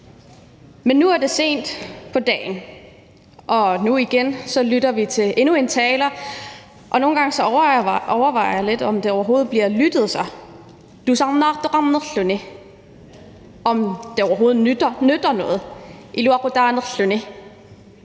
Men nu er det sent på dagen, og man lytter til endnu en taler, og nogle gange overvejer jeg lidt, om der overhovedet bliver lyttet. Tusarnaartoqarnerluni . Altså, nytter det overhovedet noget? Iluaqutaanerluni.